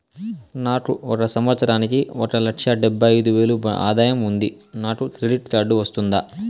నాకు ఒక సంవత్సరానికి ఒక లక్ష డెబ్బై అయిదు వేలు ఆదాయం ఉంది నాకు క్రెడిట్ కార్డు వస్తుందా?